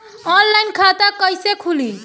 Online खाता कईसे खुलि?